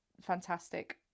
fantastic